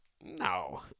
No